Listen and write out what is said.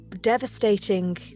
devastating